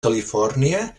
califòrnia